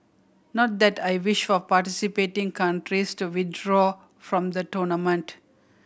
not that I wish for participating countries to withdraw from the tournament